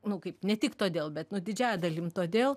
nu kaip ne tik todėl bet nu didžiąja dalim todėl